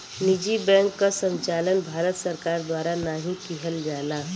निजी बैंक क संचालन भारत सरकार द्वारा नाहीं किहल जाला